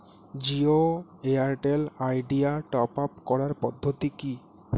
Jio Airtel Idea top up করার পদ্ধতি কি?